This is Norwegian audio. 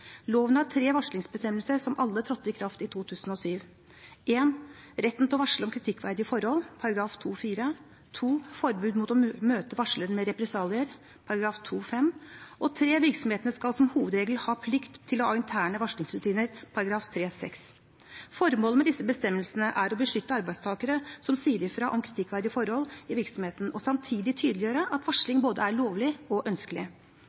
Loven har tre varslingsbestemmelser, som alle trådte i kraft i 2007: retten til å varsle om kritikkverdige forhold, § 2-4 forbud mot å møte varsleren med represalier, § 2-5 virksomhetene skal som hovedregel ha plikt til å ha interne varslingsrutiner, § 3-6 Formålet med disse bestemmelsene er å beskytte arbeidstakere som sier fra om kritikkverdige forhold i virksomheten, og samtidig tydeliggjøre at varsling både er lovlig og ønskelig.